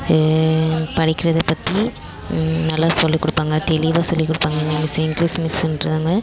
படிக்கிறதை பற்றி நல்லா சொல்லிக் கொடுப்பாங்க தெளிவாக சொல்லி கொடுப்பாங்க எங்கள் சின்ரஸ் மிஸ்கிறவங்க